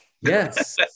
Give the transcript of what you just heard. Yes